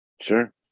Sure